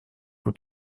aux